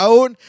Aun